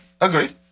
Agreed